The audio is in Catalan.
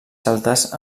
celtes